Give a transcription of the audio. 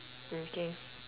okay